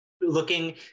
looking